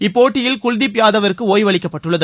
இந்தப்போட்டியில் குல்தீப் யாதவிற்கு ஓய்வு அளிக்கப்பட்டுள்ளது